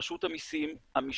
רשות המסים, המשטרה,